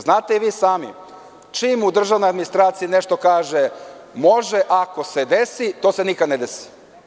Znate i vi sami, čim u državnoj administraciji nešto kaže može, ako se desi, to se nikada ne desi.